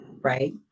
right